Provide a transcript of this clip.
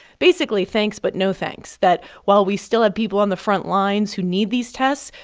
basically, thanks but no thanks. that while we still have people on the frontlines who need these tests,